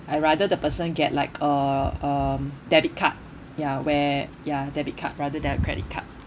I rather the person get like a um debit card ya where ya debit card rather than a credit card